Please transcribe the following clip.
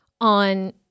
on